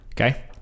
Okay